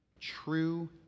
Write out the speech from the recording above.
true